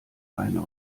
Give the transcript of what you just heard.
einer